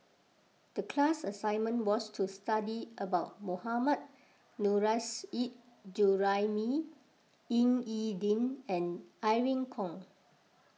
the class assignment was to study about Mohammad Nurrasyid Juraimi Ying E Ding and Irene Khong